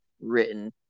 written